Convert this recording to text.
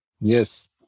Yes